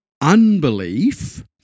unbelief